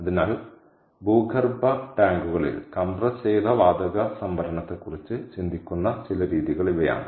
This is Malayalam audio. അതിനാൽ ഭൂഗർഭ ടാങ്കുകളിൽ കംപ്രസ് ചെയ്ത വാതക സംഭരണത്തെക്കുറിച്ച് ചിന്തിക്കുന്ന ചില രീതികൾ ഇവയാണ്